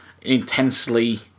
intensely